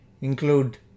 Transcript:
include